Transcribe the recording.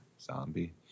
zombie